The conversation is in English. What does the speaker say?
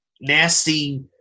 nasty